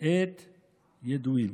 עת ידועים.